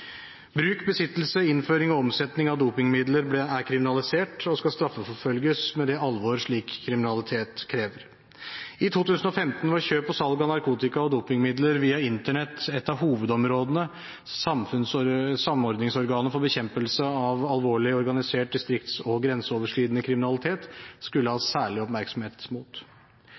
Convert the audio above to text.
Bruk, besittelse, innføring og omsetning av dopingmidler er kriminalisert og skal straffeforfølges med det alvor slik kriminalitet krever. I 2015 var kjøp og salg av narkotika og dopingmidler via Internett et av hovedområdene Samordningsorganet for bekjempelse av alvorlig, organisert, distrikts- og grenseoverskridende kriminalitet skulle ha særlig oppmerksomhet mot.